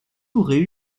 aurait